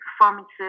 performances